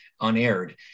unaired